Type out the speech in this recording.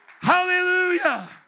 Hallelujah